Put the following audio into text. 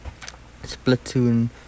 Splatoon